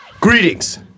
Greetings